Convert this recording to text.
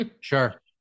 sure